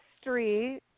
street